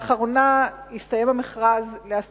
ולאחר מכן היא תוכל להרחיב את השאלה מעבר לכתוב.